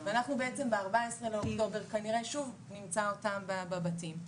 אנחנו בעצם ב-14 באוקטובר כנראה שוב נמצא את אותן בבתים.